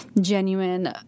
genuine